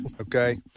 Okay